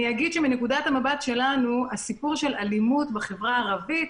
אני אגיד שמנקודת המבט שלנו הסיפור של אלימות בחברה הערבית,